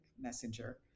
messenger